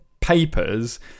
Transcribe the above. papers